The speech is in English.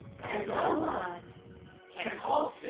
no one can